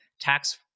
tax